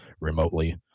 remotely